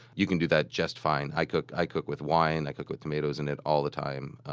you can do that just fine. i cook i cook with wine, i cook with tomatoes in it all the time.